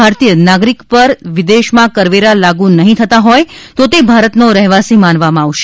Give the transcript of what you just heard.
ભારતીય નાગરિક પરવિદેશમાં કરવેરા લાગુ નહીં થતા હોય તો તે ભારતનો રહેવાસી માનવામાં આવશે